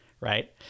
right